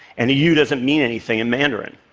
and a u doesn't mean anything in mandarin.